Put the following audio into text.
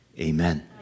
Amen